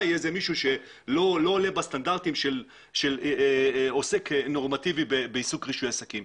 יהיה מישהו שלא עומד בסטנדרטים של עוסק נורמטיבי בעיסוק רישוי עסקים.